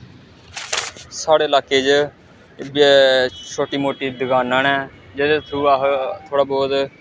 साढ़े लाह्के च छोटी मोटी दकानां न जेह्दे थरू अस थहोड़ा बौह्त